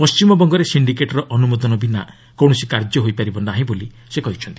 ପଣ୍ଢିମବଙ୍ଗରେ ସିଣ୍ଡିକେଟ୍ର ଅନୁମୋଦନ ବିନା କୌଣସି କାର୍ଯ୍ୟ ହୋଇପାରି ନାହିଁ ବୋଲି ଶ୍ରୀ ମୋଦି କହିଛନ୍ତି